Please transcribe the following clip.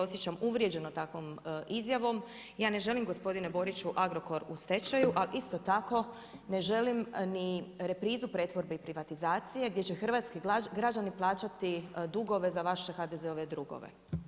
osjećam uvrijeđenom takvom izjavom, ja ne želim gospodine Boriću, Agrokor u stečaju ali isto tako ne želim ni reprizu pretvorbe i privatizacije gdje će hrvatski građani plaćati dugove za vaše HDZ-ove drugove.